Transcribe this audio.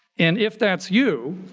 and if that's you,